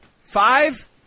Five